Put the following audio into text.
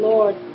Lord